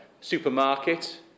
supermarket